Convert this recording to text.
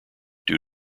due